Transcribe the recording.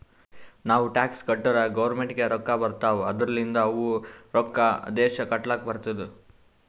ನಾವ್ ಟ್ಯಾಕ್ಸ್ ಕಟ್ಟುರ್ ಗೌರ್ಮೆಂಟ್ಗ್ ರೊಕ್ಕಾ ಬರ್ತಾವ್ ಅದೂರ್ಲಿಂದ್ ಅವು ರೊಕ್ಕಾ ದೇಶ ಕಟ್ಲಕ್ ಬರ್ತುದ್